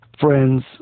friends